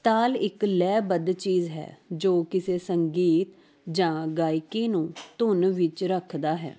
ਤਾਲ ਇੱਕ ਲੈਅ ਬੱਧ ਚੀਜ਼ ਹੈ ਜੋ ਕਿਸੇ ਸੰਗੀਤ ਜਾਂ ਗਾਇਕੀ ਨੂੰ ਧੁਨ ਵਿੱਚ ਰੱਖਦਾ ਹੈ